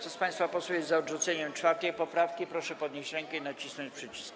Kto z państwa posłów jest za odrzuceniem 4. poprawki, proszę podnieść rękę i nacisnąć przycisk.